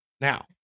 now